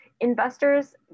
Investors